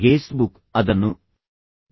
Facebook ಅದನ್ನು ನಿಯಂತ್ರಿಸುವವರು ಯಾರು